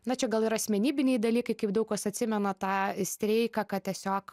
na čia gal ir asmenybiniai dalykai kaip daug kas atsimena tą streiką kad tiesiog